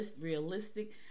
realistic